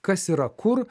kas yra kur